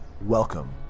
Welcome